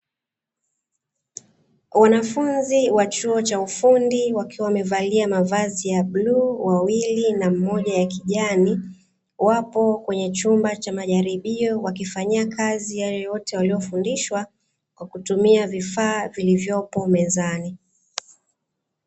Wanafunzi wa chuo cha ufundi wakiwa wamevalia mavazi ya blue wawili na mmoja ya kijani, wapo kwenye chumba cha majaribio wakifanyia kazi yale yote waliyofundishwa kwa kutumia vifaa vilivyopo mezani.